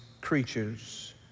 creatures